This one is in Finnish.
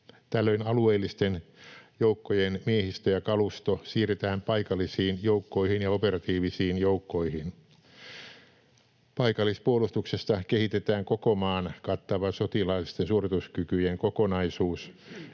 Tällöin alueellisten joukkojen miehistö ja kalusto siirretään paikallisiin joukkoihin ja operatiivisiin joukkoihin. Paikallispuolustuksesta kehitetään koko maan kattava sotilaallisten suorituskykyjen kokonaisuus,